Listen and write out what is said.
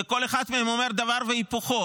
וכל אחד מהם אומר דבר והיפוכו.